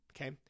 Okay